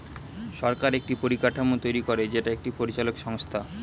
সরকার একটি পরিকাঠামো তৈরী করে যেটা একটি পরিচালক সংস্থা